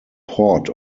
port